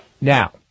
Now